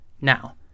Now